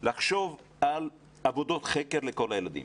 לחשוב על עבודות חקר לכל הילדים.